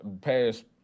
past